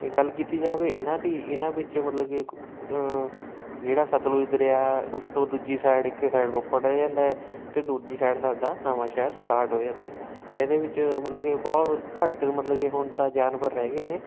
ਇਹ ਗੱਲ ਕੀਤੀ ਜਾਵੇ ਇਹਨਾਂ ਦੀ ਇਹਨਾਂ ਵਿੱਚੋਂ ਮਤਲਬ ਕਿ ਜਿਹੜਾ ਸਤਲੁਜ ਦਰਿਆ ਉਸ ਤੋਂ ਦੂਜੀ ਸਾਈਡ ਇੱਕ ਸਾਈਡ ਰੋਪੜ ਰਹਿ ਜਾਂਦਾ ਹੈ ਅਤੇ ਦੂਜੀ ਸਾਈਡ ਸਾਡਾ ਨਵਾਂ ਸ਼ਹਿਰ ਸਟਾਰਟ ਹੋ ਜਾਂਦਾ ਇਹਦੇ ਵਿੱਚ ਮਤਲਬ ਕਿ ਬਹੁਤ ਘੱਟ ਮਤਲਬ ਕਿ ਹੁਣ ਤਾਂ ਜਾਨਵਰ ਰਹਿ ਗਏ ਨੇ